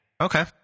Okay